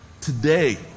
Today